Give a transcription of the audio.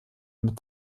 mit